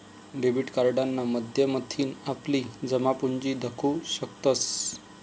debit कार्डना माध्यमथीन आपली जमापुंजी दखु शकतंस